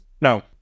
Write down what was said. no